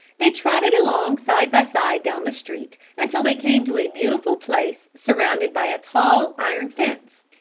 they trotted along side by side down the street until they came to a beautiful place surrounded by a tall, iron fence.